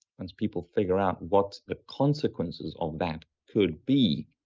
once people figure out what the consequences of that could be.